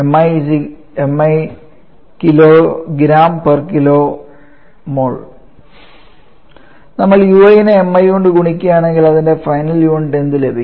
Mi 🡪 kgkmol നമ്മൾ ui നെ mi കൊണ്ടു ഗുണിക്കുകയാണെങ്കിൽ അതിൻറെ ഫൈനൽ യൂണിറ്റ് എന്ത് ലഭിക്കും